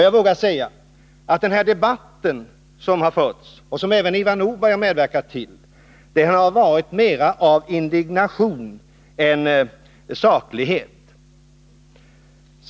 Jag vågar dock påstå att den debatt som har förts — och som även Ivar Nordberg har deltagit i — mer har präglats av indignation än av saklighet.